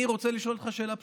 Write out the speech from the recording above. אני רוצה לשאול אותך שאלה פשוטה: